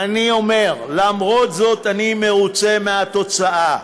אני אומר, למרות זאת אני מרוצה מהתוצאה,